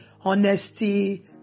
honesty